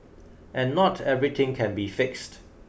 and not everything can be fixed